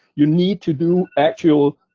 you need to do actual